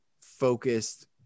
focused